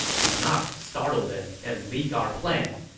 do not startle them and leak our plan.